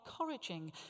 encouraging